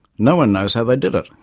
no one knows how they did it.